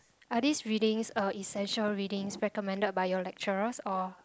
are these readings a essential readings recommended by your lecturers or